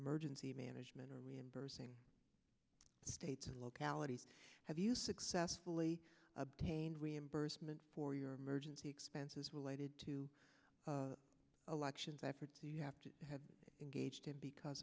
emergency management or reimbursing states and localities have you successfully obtained reimbursement for your emergency expenses related to the elections efforts you have to have engaged in because